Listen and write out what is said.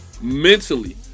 mentally